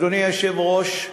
אדוני היושב-ראש,